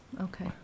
Okay